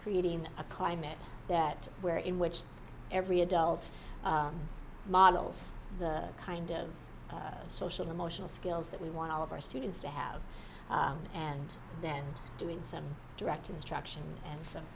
creating a climate that where in which every adult models the kind of social emotional skills that we want all of our students to have and then doing some direct instruction and some